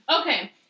Okay